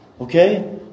okay